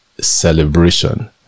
celebration